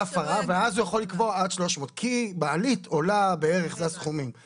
ואז הוא יכול לקבוע עד 300,000. כי בערך אלה הסכומים שמעלית עולה.